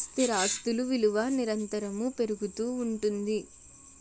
స్థిరాస్తులు విలువ నిరంతరము పెరుగుతూ ఉంటుంది